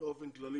באופן כללי,